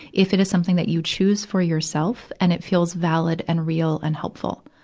if it is something that you choose for yourself and it feels valid and real and helpful.